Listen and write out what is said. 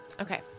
Okay